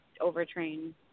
overtrain